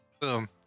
Boom